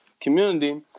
community